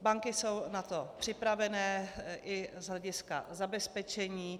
Banky jsou na to připravené i z hlediska zabezpečení.